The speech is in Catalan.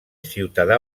ciutadà